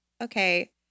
Okay